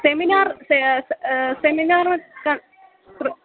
seminar सह सह seminar कर्तुं कृत्ं